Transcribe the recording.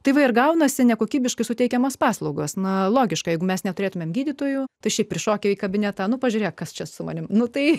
tai va ir gaunasi nekokybiškai suteikiamas paslaugas na logiška jeigu mes neturėtumėm gydytojų tuščiai prišokę į kabinetą nu pažiūrėk kas čia su manimi nu tai